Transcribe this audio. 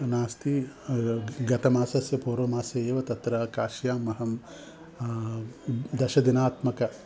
नास्ति ग गतमासस्य पूर्वमासे एव तत्र काश्याम् अहं द दशदिनात्मकं